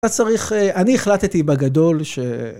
אתה צריך... אני החלטתי בגדול ש...